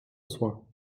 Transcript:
soins